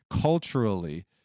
culturally